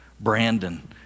Brandon